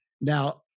Now